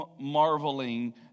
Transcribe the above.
marveling